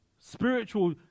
spiritual